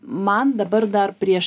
man dabar dar prieš